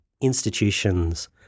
institutions